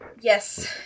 Yes